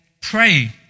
pray